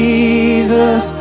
Jesus